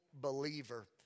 believer